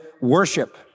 worship